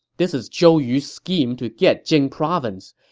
this is zhou yu's scheme to get jing province.